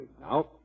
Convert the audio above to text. now